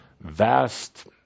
vast